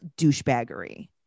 douchebaggery